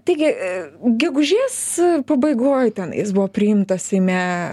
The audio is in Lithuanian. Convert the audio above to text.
taigi gegužės pabaigoj ten jis buvo priimtas seime